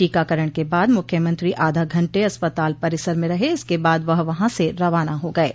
टीकाकरण के बाद मुख्यमंत्री आधा घंटे अस्पताल परिसर में रहे इसके बाद वह वहां से रवाना हो गये